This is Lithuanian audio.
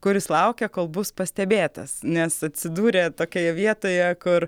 kuris laukė kol bus pastebėtas nes atsidūrė tokioje vietoje kur